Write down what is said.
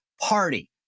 party